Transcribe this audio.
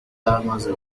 amaze